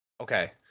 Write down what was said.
okay